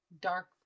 dark